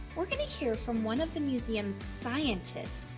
we're gonna hear from one of the museums scientists,